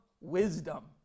wisdom